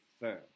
firm